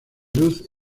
luz